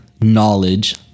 knowledge